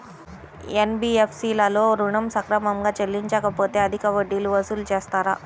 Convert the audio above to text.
NBFC లలో ఋణం సక్రమంగా చెల్లించలేకపోతె అధిక వడ్డీలు వసూలు చేస్తారా?